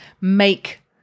make